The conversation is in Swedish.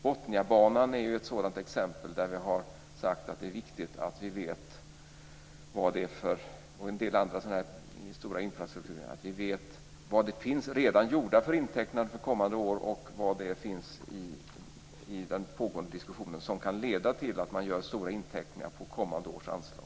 Botniabanan är ett sådant exempel där vi har sagt att det är viktigt att vi vet vad det finns för redan gjorda inteckningar för kommande år och vad det finns i den pågående diskussionen som kan leda till att man gör stora inteckningar på kommande års anslag.